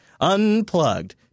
unplugged